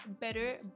better